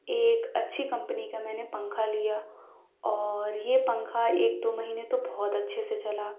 ایک اچھی کمپنی کا میں نے پنکھا لیا اور یہ پنکھا ایک دو مہینے تو بہت اچھے سے چلا